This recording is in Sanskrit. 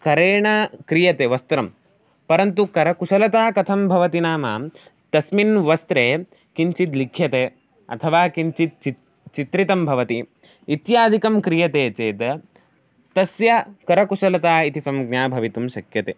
करेण क्रियते वस्त्रं परन्तु करकुशलता कथं भवति नाम तस्मिन् वस्त्रे किञ्चित् लिख्यते अथवा किञ्चित् चित्रं चित्रितं भवति इत्यादिकं क्रियते चेत् तस्य करकुशलता इति संज्ञा भवितुं शक्यते